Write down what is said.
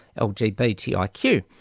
LGBTIQ